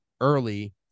early